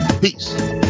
Peace